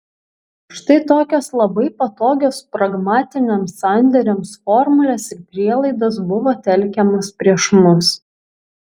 štai tokios labai patogios pragmatiniams sandėriams formulės ir prielaidos buvo telkiamos prieš mus